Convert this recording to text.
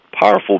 powerful